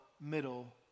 middle